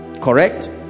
correct